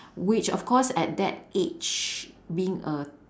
which of course at that age being a